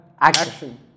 action